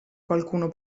qualcuno